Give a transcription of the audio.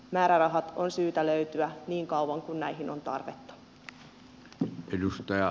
määrärahat on syytä löytyä niin kauan kuin näihin on tarvetta